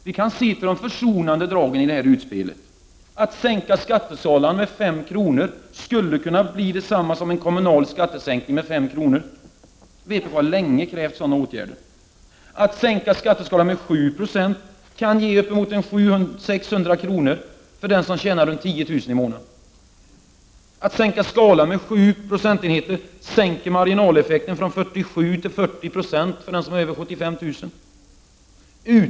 Vi kan se till de försonande dragen i regeringens utspel. Att sänka skatteskalan med 5 procentenheter skulle kunna bli detsamma som en kommunal skattesänkning med 5 kr. Vpk har länge krävt sådana åtgärder. Att sänka skatteskalan med 7 procentenheter kan ge uppemot 600 kr. för den som tjänar runt 10000 kr. i månaden. Att sänka skalan med 7 procentenheter sänker marginaleffekten från 47 till 40 90 för den som tjänar över 75 000 kr.